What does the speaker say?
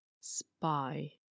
spy